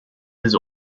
his